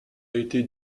été